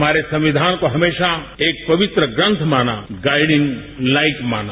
हमारे संविधान को हमेशा एक पवित्र ग्रंथ माना गाइडिंग लाइक माना